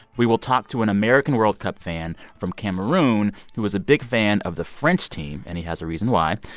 we will talk to an american world cup fan from cameroon who was a big fan of the french team, and he has a reason why.